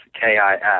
K-I-S